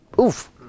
Oof